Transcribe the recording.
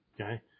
Okay